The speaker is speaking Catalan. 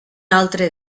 altre